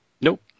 Nope